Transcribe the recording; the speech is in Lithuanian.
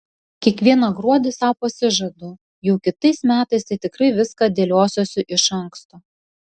kiekvieną gruodį sau pasižadu jau kitais metais tai tikrai viską dėliosiuosi iš anksto